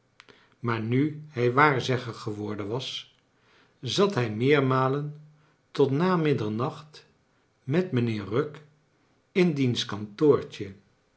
maar nu hij waarzegger geworden was zat hij meermalen tot na middernacht met mijnheer rugg in diens kantoortje